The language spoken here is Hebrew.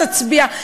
תצביע.